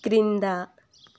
క్రింద